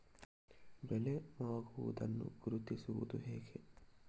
ಬೆಳೆ ಮಾಗುವುದನ್ನು ಗುರುತಿಸುವುದು ಹೇಗೆ?